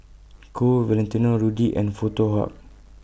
Qoo Valentino Rudy and Foto Hub